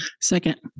Second